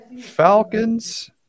Falcons